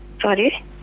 sorry